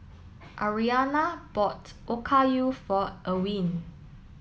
Aryanna bought Okayu for Ewin